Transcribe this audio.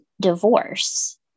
divorce